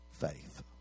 faith